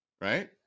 right